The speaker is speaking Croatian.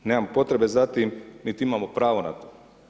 Nemamo potrebe za tim, nit imamo pravo na to.